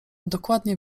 dokładnie